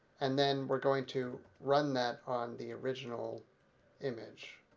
and then we're going to run that on the original image